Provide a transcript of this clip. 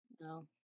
No